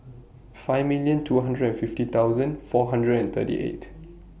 five million two hundred and fifty thousand four hundred and thirty eight